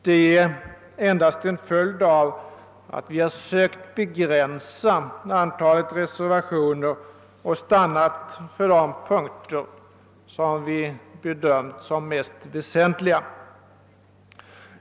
Det är endast en följd av att vi har sökt begränsa antalet reservationer och stannat för de punkter vilka vi bedömt som mest väsentliga.